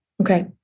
Okay